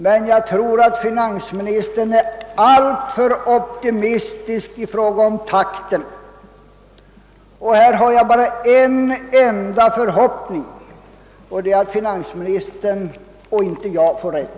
Men jag tror att finansministern är alltför optimistisk i fråga om takten, och jag har bara den förhoppningen, att det är finansministern och inte jag som får rätt.